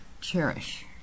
cherish